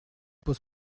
pose